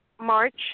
March